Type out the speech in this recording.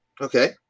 Okay